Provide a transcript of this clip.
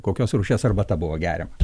kokios rūšies arbata buvo geriama